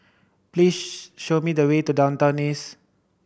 please show me the way to Downtown East